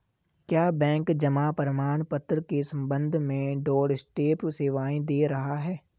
क्या बैंक जमा प्रमाण पत्र के संबंध में डोरस्टेप सेवाएं दे रहा है?